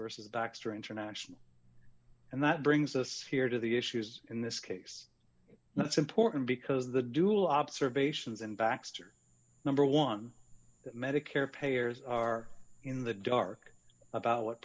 versus baxter international and that brings us here to the issues in this case and it's important because the dual observations and baxter number one medicare payers are in the dark about what